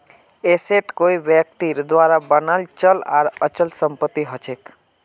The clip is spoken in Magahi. एसेट कोई व्यक्तिर द्वारा बनाल चल आर अचल संपत्ति हछेक